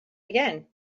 again